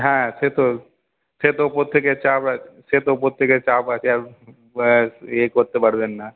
হ্যাঁ সে তো সে তো ওপর থেকে চাপ সে তো ওপর থেকে চাপ আছে ইয়ে করতে পারবেন না